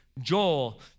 Joel